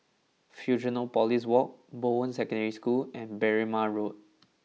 Fusionopolis Walk Bowen Secondary School and Berrima Road